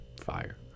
fire